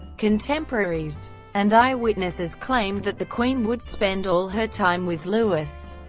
contemporaries and eyewitnesses claimed that the queen would spend all her time with louis.